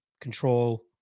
control